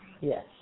Yes